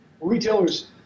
retailers